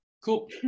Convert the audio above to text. Cool